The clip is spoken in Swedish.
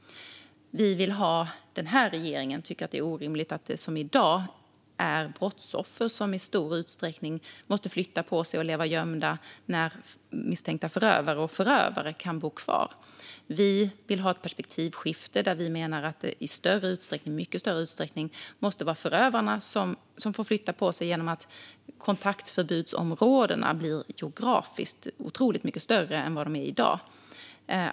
Den här regeringen tycker att det är orimligt att det är som i dag, då det är brottsoffer som i stor utsträckning måste flytta på sig och leva gömda medan misstänkta förövare och förövare kan bo kvar. Vi vill ha ett perspektivskifte, och vi menar att det i större utsträckning måste vara förövarna som får flytta på sig genom att kontaktförbudsområdena blir otroligt mycket större geografiskt än de är i dag.